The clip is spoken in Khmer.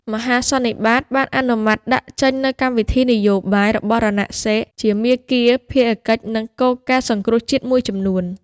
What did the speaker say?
មហាសន្និបាតបានអនុម័តដាក់ចេញ នូវកម្មវិធីនយោបាយរបស់រណសិរ្យ ជាមាគ៌ា ភារកិច្ច និងគោលការណ៍សង្គ្រោះជាតិមួយចំនួន។